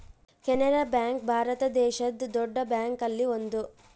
Canara bank Bharat ದೇಶದ್ ದೊಡ್ಡ bank ಅಲ್ಲಿ ಒಂದು